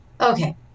Okay